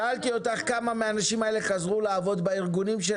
שאלתי אותך כמה מהאנשים האלה חזרו לעבוד בארגונים.